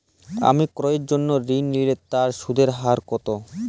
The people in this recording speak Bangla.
জমি ক্রয়ের জন্য ঋণ নিলে তার সুদের হার কতো?